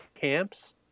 camps